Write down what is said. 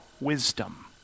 wisdom